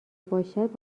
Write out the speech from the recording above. باشد